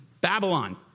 Babylon